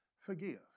Forgive